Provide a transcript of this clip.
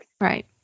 Right